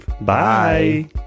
Bye